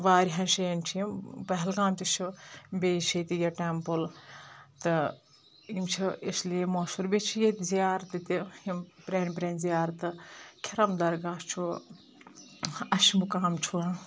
وارٕیاہ جایٚن چھِ یِم پہلگام تہِ چھُ بیٚیہِ چھِ ییٚتہِ یہِ ٹیمپل تہٕ یِم چھِ اِسلیے مشہوٗر بیٚیہِ چھِ ییٚتہِ زِیَارتہٕ تہِ یِم پرانہِ پرانہِ زِیَارتہٕ کِھرَم دَرگاہ چھُ اَشمُقام چھُ